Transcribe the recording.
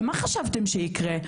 ומה חשבתם שיקרה?